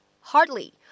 Hardly